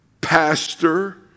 pastor